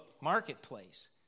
Marketplace